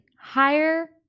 higher